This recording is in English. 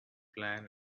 plan